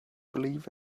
believe